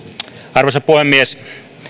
arvoisa puhemies